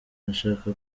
arashaka